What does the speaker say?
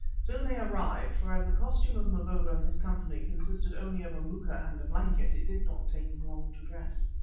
soon they arrived, for as the costume of mavovo and his company consisted only of a moocha and a blanket, it did not take them long to dress.